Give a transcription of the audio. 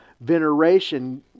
veneration